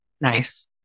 Nice